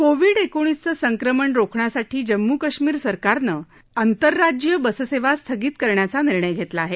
Covid एकोणीसचं संक्रमण रोखण्यासाठी जम्मू कश्मीर सरकारनं आंतरराज्यीय बस सेवा स्थगित करण्याचा निर्णय घेतला आहे